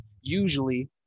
Usually